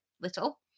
little